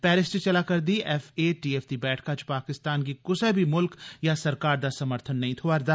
Paris च चलै करदी थाज्य दी बैठका च पाकिस्तान गी कुसै बी मुल्ख या सरकार दा समर्थन नेई ऐ थोआ'रदा